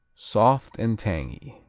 soft and tangy.